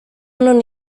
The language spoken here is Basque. non